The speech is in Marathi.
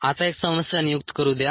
आता एक समस्या नियुक्त करू द्या